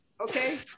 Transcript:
Okay